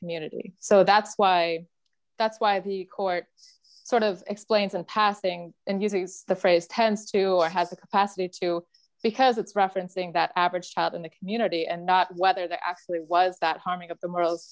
community so that's why that's why the court sort of explains and passing and using the phrase tends to or has the capacity to because it's referencing that averaged out in the community and not whether there actually was that harming of the morals